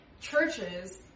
churches